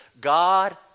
God